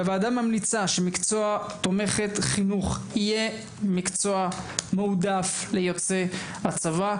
הוועדה מציעה שמקצוע תומכת חינוך יהיה מקצוע מועדף ליוצאי הצבא.